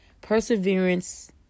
perseverance